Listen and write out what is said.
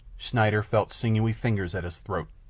schneider felt sinewy fingers at his throat.